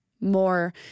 more